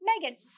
Megan